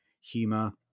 humor